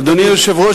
אדוני היושב-ראש,